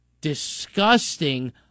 disgusting